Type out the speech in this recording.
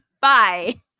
Bye